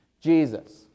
Jesus